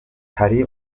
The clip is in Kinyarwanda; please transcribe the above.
hari